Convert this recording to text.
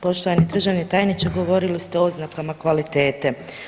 Poštovani državni tajniče govorili ste o oznakama kvalitete.